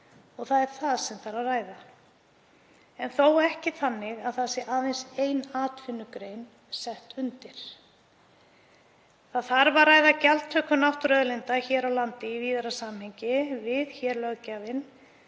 Það er það sem þarf að ræða en þó ekki þannig að það sé aðeins ein atvinnugrein sett undir. Það þarf að ræða gjaldtöku náttúruauðlinda hér á landi í víðara samhengi. Við hér, löggjafinn,